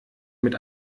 mit